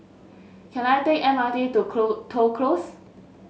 can I take M R T to Toh Close